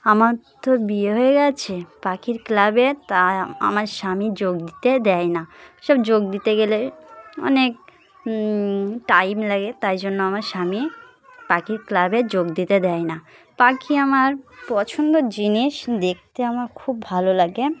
আমার তো বিয়ে হয়ে গিয়েছে পাখির ক্লাবে তা আমার স্বামী যোগ দিতে দেয় না ওসব যোগ দিতে গেলে অনেক টাইম লাগে তাই জন্য আমার স্বামী পাখির ক্লাবে যোগ দিতে দেয় না পাখি আমার পছন্দর জিনিস দেখতে আমার খুব ভালো লাগে